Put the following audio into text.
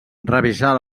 revisar